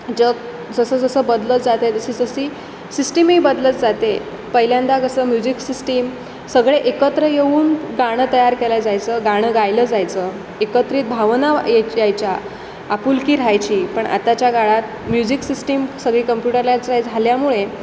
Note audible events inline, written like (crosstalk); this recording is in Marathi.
जग जसंजसं बदलत जातं आहे तशी जशी सिस्टीमही बदलत जाते पहिल्यांदा कसं म्युझिक सिस्टीम सगळे एकत्र येऊन गाणं तयार केलं जायचं गाणं गायलं जायचं एकत्रित भावना या यायच्या आपुलकी राहायची पण आताच्या काळात म्युझिक सिस्टीम सगळी कम्प्युटर (unintelligible) झाल्यामुळे